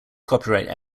copyright